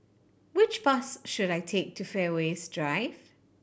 which bus should I take to Fairways Drive